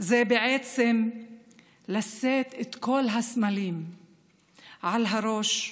זה בעצם לשאת את כל הסמלים על הראש,